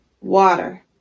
Water